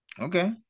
Okay